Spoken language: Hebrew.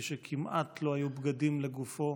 כשכמעט לא היו בגדים לגופו